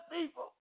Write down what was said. people